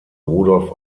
rudolf